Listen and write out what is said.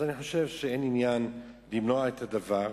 אז אני חושב שאין עניין למנוע את הדבר.